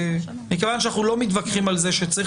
מכיוון שאנחנו לא מתווכחים על זה שצריך